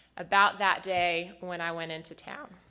about that day when i went into town.